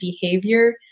behavior